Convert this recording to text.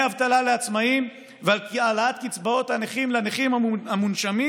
אבטלה לעצמאים ועל העלאת קצבאות הנכים לנכים המונשמים,